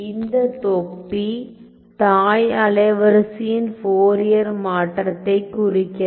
இந்த தொப்பி தாய் அலைவரிசையின் ஃபோரியர் மாற்றத்தைக் குறிக்கிறது